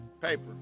paper